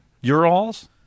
Ural's